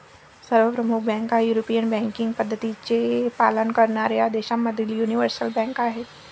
सर्व प्रमुख बँका युरोपियन बँकिंग पद्धतींचे पालन करणाऱ्या देशांमधील यूनिवर्सल बँका आहेत